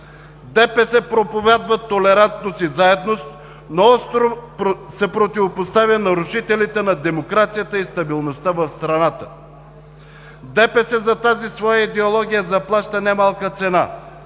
ДПС проповядва толерантност и заедност, но остро се противопоставя на рушителите на демокрацията и стабилността в страната. ДПС за тази своя идеология заплаща не малка цена,